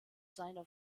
seiner